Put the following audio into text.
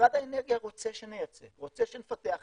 משרד האנרגיה רוצה שנייצא, רוצה שנפתח LNG,